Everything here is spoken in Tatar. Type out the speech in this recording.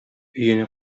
өенә